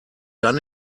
dann